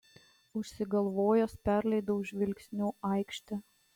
užsigalvojęs perleidau žvilgsniu aikštę